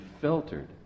filtered